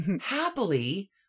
Happily